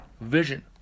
Vision